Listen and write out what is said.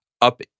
up